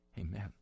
Amen